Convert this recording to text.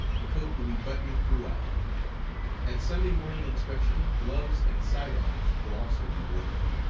the coat will be buttoned throughout at sunday morning inspection gloves and side-arms will also be worn.